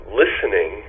listening